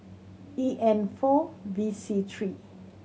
E N four V C three